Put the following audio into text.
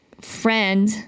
Friend